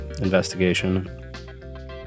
investigation